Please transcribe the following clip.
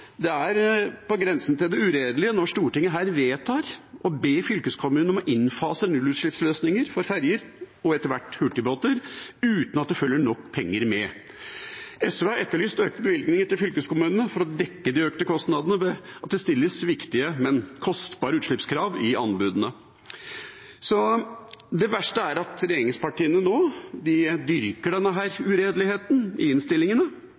Det er på grensen til det uredelige når Stortinget her vedtar å be fylkeskommunene om å innfase nullutslippsløsninger for ferjer, og etter hvert hurtigbåter, uten at det følger nok penger med. SV har etterlyst økte bevilgninger til fylkeskommunene for å dekke de økte kostnadene ved at det stilles viktige, men kostbare, utslippskrav i anbudene. Det verste er at regjeringspartiene nå dyrker denne uredeligheten i innstillingene,